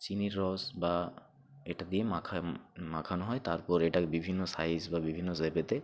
চিনির রস বা এটা দিয়ে মাখায় মাখানো হয় তারপর এটাকে বিভিন্ন সাইজ বা বিভিন্ন শেপেতে